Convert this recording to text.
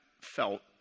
felt